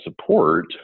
support